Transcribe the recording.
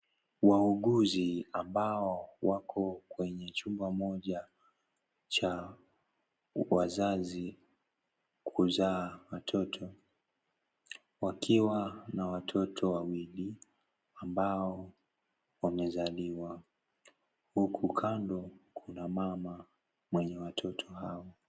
Wauguzi ambao wako kwenye chumba moja cha wazazi kuzaa watoto, wakiwa na watoto wawili ambao wamezaliwa, huku kando kuna mama mwenye watoto hao.